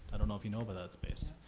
i don't know if you know about that space.